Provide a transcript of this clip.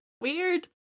weird